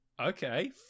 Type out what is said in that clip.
okay